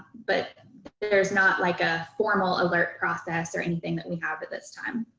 but there's not like a formal alert process or anything that we have at this time.